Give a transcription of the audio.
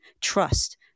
trust